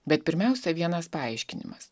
bet pirmiausia vienas paaiškinimas